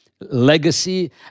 legacy